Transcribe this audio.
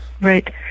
Right